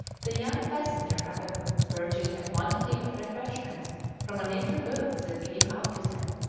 the young passenger, however, purchased a quantity of refreshments from a native boat that came out to them,